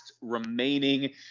remaining